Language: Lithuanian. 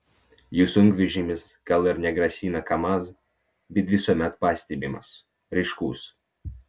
jų sunkvežimis gal ir negrasina kamaz bet visuomet pastebimas ryškus